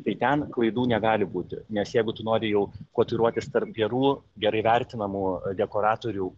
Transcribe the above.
tai ten klaidų negali būti nes jeigu tu nori jau kotiruotis tarp gerų gerai vertinamų dekoratorių